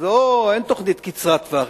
אין תוכנית קצרת-טווח,